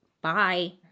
bye